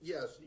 Yes